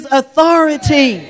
authority